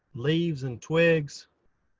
leaves and twigs.